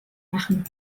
machen